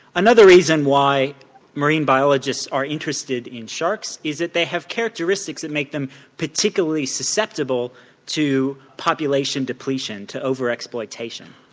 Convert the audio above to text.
another reason why marine biologists are interested in sharks is that they have characteristics that make them particularly susceptible to population depletion, to over exploitation.